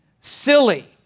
silly